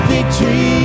Victory